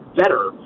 better